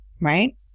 right